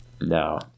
No